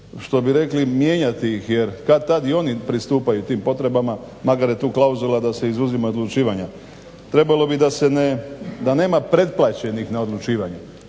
što bi rekli mijenjati ih, jer kad-tad i oni pristupaju tim potrebama makar je tu klauzula da se izuzima od odlučivanja. Trebalo bi da se ne, da nema pretplaćenih na odlučivanje.